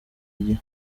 igihe